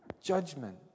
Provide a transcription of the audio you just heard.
judgment